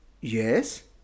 Yes